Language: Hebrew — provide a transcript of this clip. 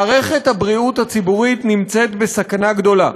מערכת הבריאות הציבורית נמצאת בסכנה גדולה,